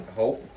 hope